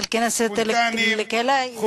תנו לנו להיות ספונטניים,